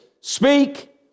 Speak